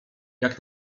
jak